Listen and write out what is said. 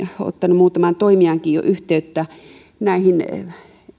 ottanut muutamaan toimijaankin jo yhteyttä en